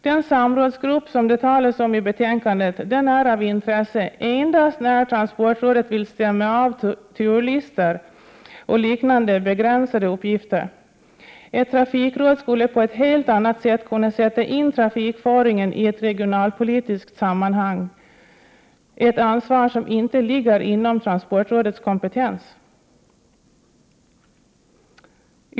Den samrådsgrupp som det talas om i betänkandet är av intresse endast när transportrådet vill stämma av när det gäller turlistor och liknande begränsade uppgifter. Ett trafikråd skulle på ett helt annat sätt kunna sätta in trafikföringen i ett regionalpolitiskt sammanhang, ett ansvar som inte ligger inom transportrådets kompetensområde.